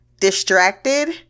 distracted